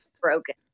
broken